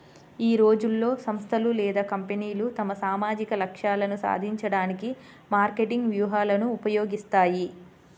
ఈ రోజుల్లో, సంస్థలు లేదా కంపెనీలు తమ సామాజిక లక్ష్యాలను సాధించడానికి మార్కెటింగ్ వ్యూహాలను ఉపయోగిస్తాయి